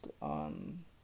on